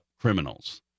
criminals